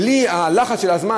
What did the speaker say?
בלי הלחץ של הזמן,